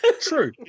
True